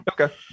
okay